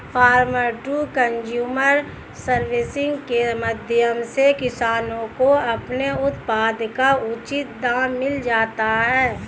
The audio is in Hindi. फार्मर टू कंज्यूमर सर्विस के माध्यम से किसानों को अपने उत्पाद का उचित दाम मिल जाता है